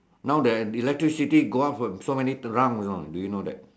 now the electricity go out for so many rounds you know did you know that